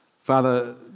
Father